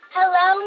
Hello